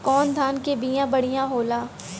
कौन धान के बिया बढ़ियां होला?